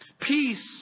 Peace